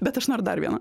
bet aš noriu dar vieno